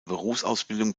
berufsausbildung